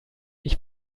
ich